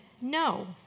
no